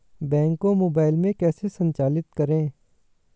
Bank को mobile में कैसे संचालित करें?